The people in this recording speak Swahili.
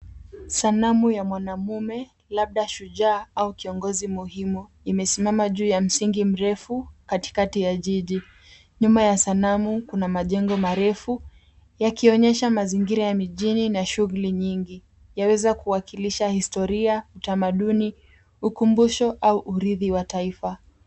Sanamu ya mwanaume, labda shujaa au kiongozi muhimu imesimama juu ya msingi mrefu katikati ya jiji. Nyuma ya sanamu, kuna majengo marefu yakionyesha mazingira ya mijini na shughuli nyingi. Yaweza kuwakilisha historia, utamaduni, ukumbusho au uridhi wa taifa.